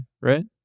right